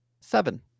seven